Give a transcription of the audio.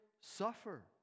suffer